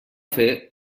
fer